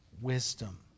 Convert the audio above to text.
wisdom